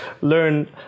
learn